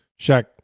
Shaq